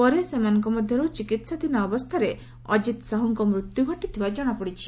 ପରେ ସେମାନଙ୍କ ମଧ୍ୟରୁ ଚିକିହାଧୀନ ଅବସ୍ଥାରେ ଅଜିତ ସାହୁଙ୍ ମୃତ୍ୟୁ ଘଟିଥିବା ଜଣାପଡ଼ିଛି